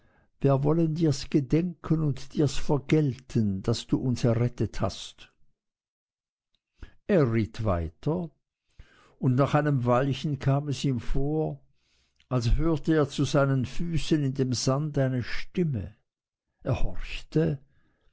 wir wollen dirs gedenken und dirs vergelten daß du uns errettet hast er ritt weiter und nach einem weilchen kam es ihm vor als hörte er zu seinen füßen in dem sand eine stimme er horchte